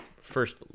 first